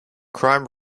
crime